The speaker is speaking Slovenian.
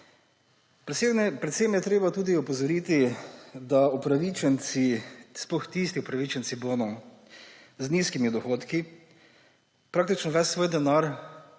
Predvsem je treba tudi opozoriti, da upravičenci, sploh tisti upravičenci bonov z nizkimi dohodki praktično ves svoj denar